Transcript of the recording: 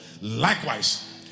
Likewise